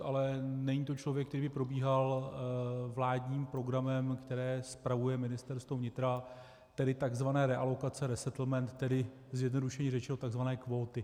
Ale není to člověk, který by probíhal vládním programem, který spravuje Ministerstvo vnitra, tedy tzv. realokace, resettlement, tedy zjednodušeně řečeno tzv. kvóty.